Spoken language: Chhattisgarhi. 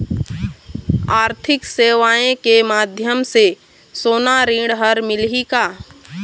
आरथिक सेवाएँ के माध्यम से सोना ऋण हर मिलही का?